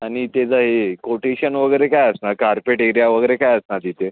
आणि त्याचा a quotation वगैरे काय असणार कार्पेट एरिया वगैरे काय असणार तिथे